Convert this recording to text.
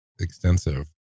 extensive